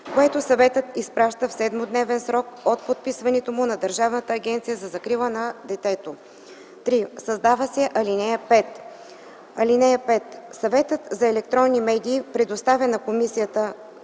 което Съветът изпраща в 7-дневен срок от подписването му на Държавната агенция за закрила на детето.” 3. Създава се ал. 5: „(5) Съветът за електронни медии предоставя на комисията